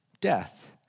death